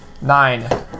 Nine